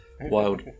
wild